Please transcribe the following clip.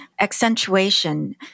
accentuation